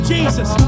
Jesus